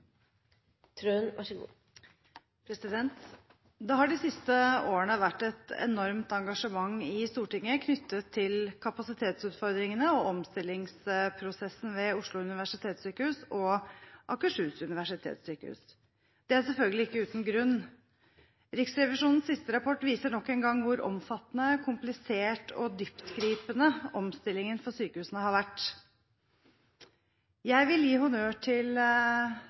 Det har de siste årene vært et enormt engasjement i Stortinget knyttet til kapasitetsutfordringene og omstillingsprosessen ved Oslo universitetssykehus og Akershus universitetssykehus. Det er selvfølgelig ikke uten grunn. Riksrevisjonens siste rapport viser nok en gang hvor omfattende, komplisert og dyptgripende omstillingen for sykehusene har vært. Jeg vil gi honnør til